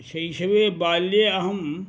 शैशवे बाल्ये अहं